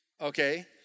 okay